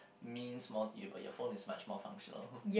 means more to you but your phone is much more functional